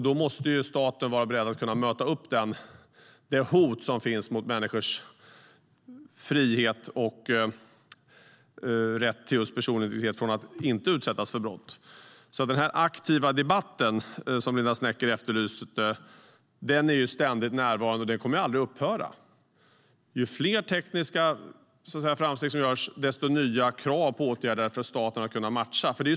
Då måste staten vara beredd att möta upp det hot som finns mot människors frihet och rätt att slippa utsättas för brott. Den aktiva debatt som Linda Snecker efterlyste är ständigt närvarande, och den kommer aldrig att upphöra. För varje tekniskt framsteg som görs kommer det nya krav på åtgärder för att staten ska kunna matcha detta.